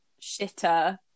shitter